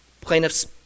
Plaintiffs